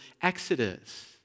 Exodus